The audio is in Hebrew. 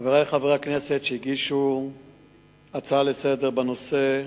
חברי חברי הכנסת שהציעו הצעה לסדר-היום בנושא,